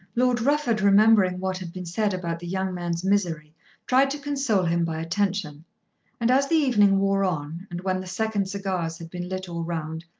lord rufford remembering what had been said about the young man's misery tried to console him by attention and as the evening wore on, and when the second cigars had been lit all round,